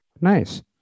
Nice